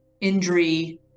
injury